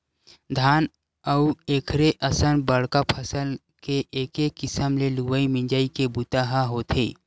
धान अउ एखरे असन बड़का फसल के एके किसम ले लुवई मिजई के बूता ह होथे